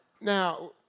Now